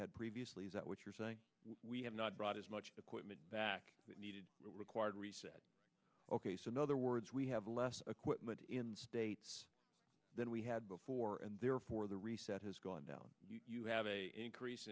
had previously is that what you're saying we have not brought as much equipment back that needed required reset ok so in other words we have less equipment in the states than we had before and therefore the reset has gone down you have a increase